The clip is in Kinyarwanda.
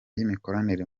y’imikoranire